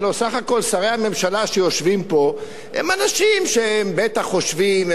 הלוא בסך הכול שרי הממשלה שיושבים פה הם אנשים שבטח חושבים,